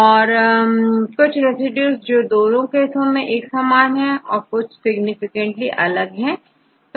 तो कुछ रेसिड्यूज जो दोनों केस में एक समान है और कुछ सिग्निफिकेंटली अलग है